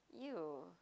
[eww]